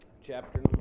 chapter